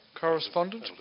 correspondent